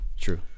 True